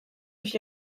durch